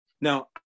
Now